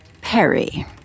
Perry